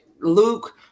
Luke